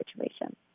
situation